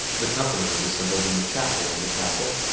the company was assembled in the chapel of the castle,